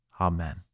Amen